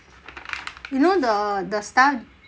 you know the the stuff